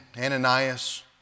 Ananias